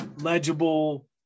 legible